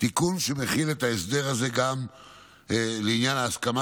תיקון שמחיל את ההסדר גם לעניין ההסכמה